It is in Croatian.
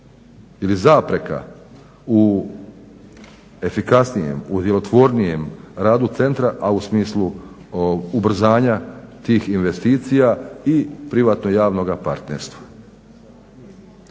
ili zapreka u efikasnijem, u djelotvornijem radu centra, a u smislu ubrzanja tih investicija i privatno-javnoga partnerstva.